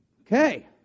Okay